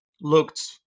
looked